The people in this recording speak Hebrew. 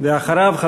ואחריו,